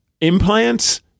implants